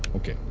okay.